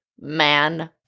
man